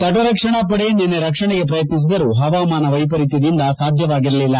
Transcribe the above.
ತಟರಕ್ಷಣಾ ಪಡೆ ನಿನ್ನೆ ರಕ್ಷಣೆಗೆ ಪ್ರಯತ್ನಿಸಿದ್ದರೂ ಹವಾಮಾನ ವೈಪರೀತ್ಯದಿಂದ ಸಾಧ್ಯವಾಗಿರಲಿಲ್ಲ